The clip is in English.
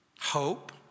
Hope